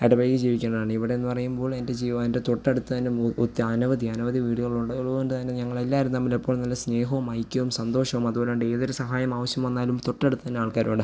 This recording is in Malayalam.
ഇടപഴകി ജീവിക്കേണ്ടതാണ് ഇവിടെ എന്ന് പറയുമ്പോൾ എൻ്റെ ജീവ എൻ്റെ തൊട്ടടുത്തുതന്നെ ഒ അനവധി അനവധി വീടുകളുണ്ട് അതുകൊണ്ട് തന്നെ ഞങ്ങൾ എല്ലാവരും തമ്മിൽ എപ്പോഴും നല്ല സ്നേഹവും ഐക്യവും സന്തോഷവും അതും അല്ലാണ്ട് ഏതൊരു സഹായം ആവശ്യം വന്നാലും തൊട്ടടുത്ത് തന്നെ ആൾക്കാരുണ്ട്